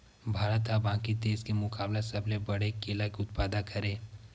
भारत हा बाकि देस के मुकाबला सबले बड़े केला के उत्पादक हरे